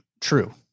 true